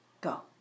Go